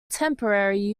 temporary